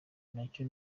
nacyo